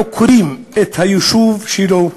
עוקרים את היישוב שלו,